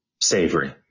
Savory